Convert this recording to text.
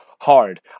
hard